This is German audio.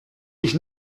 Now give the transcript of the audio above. dich